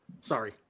Sorry